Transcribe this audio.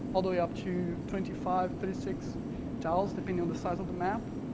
all the way up to twenty five, thirty six tiles, depending on the size of the map.